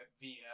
via